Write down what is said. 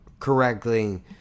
correctly